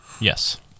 Yes